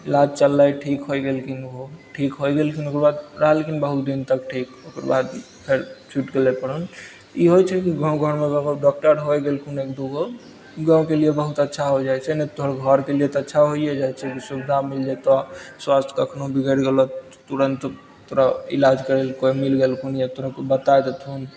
इलाज चललय ठीक होइ गेलखिन उहो ठीक होइ गेलखिन ओकर बाद रहलखिन बहुत दिन तक ठीक ओकर बाद फेर छुटि गेलय प्राण ई होइ छै कि गाँव घरमे रहल डॉक्टर होइ गेलखिन एक दुगो गाँवके लिए बहुत अच्छा होइ जाइ छै नहि तऽ तोहर घरके लिए तऽ अच्छा होइए जाइ छै सुविधा मिल जेतऽ स्वास्थ कखनो बिगरि गेलऽ तुरन्त तोरा इलाज करय लए कोइ मिल गेलखुन या तुरन्त बता देथुन